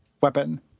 weapon